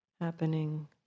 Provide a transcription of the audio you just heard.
happening